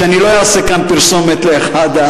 ואני לא אעשה כאן פרסומת לאחד,